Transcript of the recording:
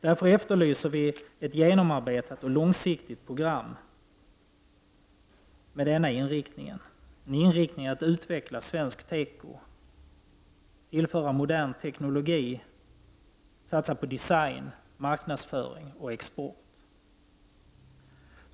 Därför efterlyser vi ett genomarbetat och långsiktigt program med denna inriktning, en inriktning mot att utveckla svensk teko, tillföra modern teknologi och satsa på design, marknadsföring och export.